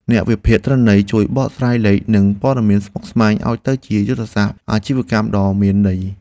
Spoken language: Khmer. អ្នកវិភាគទិន្នន័យជួយបកស្រាយលេខ និងព័ត៌មានស្មុគស្មាញឱ្យទៅជាយុទ្ធសាស្ត្រអាជីវកម្មដ៏មានន័យ។